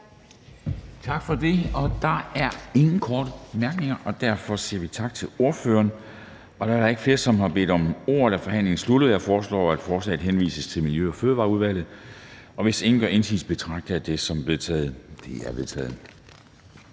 Tak for det. Der er ingen korte bemærkninger, og derfor siger vi tak til ordføreren. Da der ikke er flere, som har bedt om ordet, er forhandlingen sluttet. Jeg foreslår, at forslaget til folketingsbeslutning henvises til Miljø- og Fødevareudvalget. Hvis ingen gør indsigelse, betragter jeg det som vedtaget. Det er vedtaget.